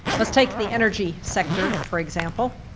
let's take the energy sector, for example.